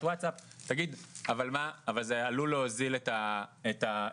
הוואטסאפ האם זה עלול להוזיל את המקצוע.